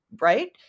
right